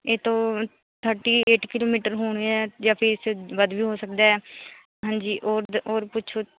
ਇਹ ਤੋਂ thirty eight kilometre ਹੋਣੇ ਹੈ ਜਾਂ ਫਿਰ ਸ ਤੋਂ ਵੱਧ ਵੀ ਹੋ ਸਕਦਾ ਹੈ ਹਾਂਜੀ ਔਰ ਦ ਔਰ ਪੁੱਛੋ